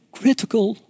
critical